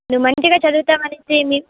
నువ్వు మంచిగా చదువుతావు అనేసి